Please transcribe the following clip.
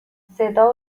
صدا